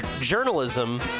journalism